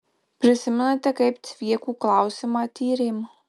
prisimenate kaip cviekų klausimą tyrėm